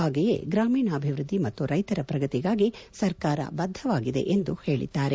ಹಾಗೆಯೇ ಗ್ರಾಮೀಣಾಭಿವ್ವದ್ಲಿ ಮತ್ತು ರೈತರ ಪ್ರಗತಿಗಾಗಿ ಸರ್ಕಾರ ಬದ್ದವಾಗಿದೆ ಎಂದು ಹೇಳಿದ್ದಾರೆ